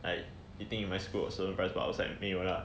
like eating in my school at certain price outside 没有 lah